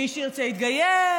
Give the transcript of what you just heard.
מי שירצה יתגייס,